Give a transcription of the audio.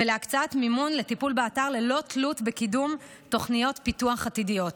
ולהקצאת מימון לטיפול באתר ללא תלות בקידום תוכניות פיתוח עתידיות.